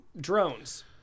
drones